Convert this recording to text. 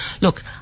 Look